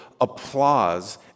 applause